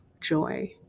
joy